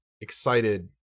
excited